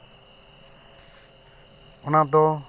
ᱚᱱᱟ ᱫᱚ